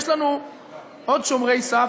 יש לנו עוד שומרי סף,